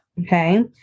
Okay